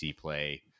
play